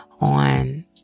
on